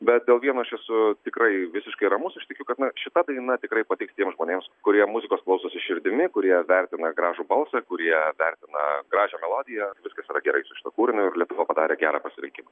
bet dėl vieno aš esu tikrai visiškai ramus aš tikiu kad šita daina tikrai patiks tiems žmonėms kurie muzikos klausosi širdimi kurie vertina gražų balsą kurie vertina gražią melodiją viskas gerai su šituo kūriniu ir lietuva padarė gerą pasirinkimą